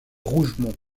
rougemont